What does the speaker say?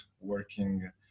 working